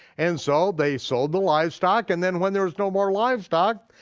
and so they sold the livestock, and then when there's no more livestock,